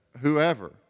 whoever